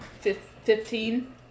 Fifteen